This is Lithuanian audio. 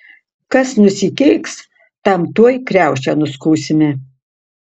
kas nusikeiks tam tuoj kriaušę nuskusime